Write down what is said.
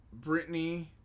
Britney